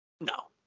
No